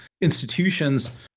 institutions